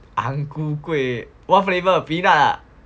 ang ku kueh what flavour peanut ah